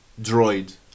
droid